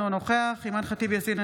אינו נוכח אימאן ח'טיב יאסין,